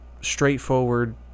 straightforward